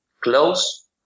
close